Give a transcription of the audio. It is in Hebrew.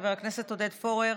חבר הכנסת עודד פורר.